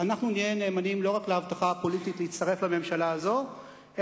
אנחנו נהיה נאמנים לא רק להבטחה הפוליטית להצטרף לממשלה הזאת,